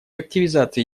активизации